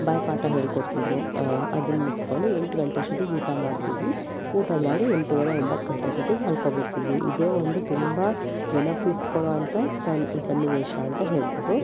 ಬಾಯಿಪಾಠ ಹೇಳಿಕೊಡ್ತಿದ್ರು ಅದನ್ನು ಮುಗಿಸ್ಕೊಂಡು ಎಂಟು ಗಂಟೆ ಅಷ್ಟೊತ್ತಿಗೆ ಊಟ ಮಾಡ್ತಿದ್ವಿ ಊಟ ಮಾಡಿ ಎಂಟುವರೆ ಒಂಬತ್ತು ಗಂಟೆ ಅಷ್ಟೊತ್ತಿಗೆ ಮಲಕ್ಕೊ ಬಿಡ್ತಿದ್ವಿ ಇದೆ ಒಂದು ತುಂಬ ನೆನಪಿಟ್ಕೊಳ್ಳುವಂತ ಸನ್ನಿವೇಶ ಅಂತ ಹೇಳ್ಬೋದು